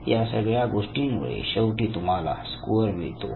या सगळ्या गोष्टींमुळे शेवटी तुम्हाला स्कोअर मिळतो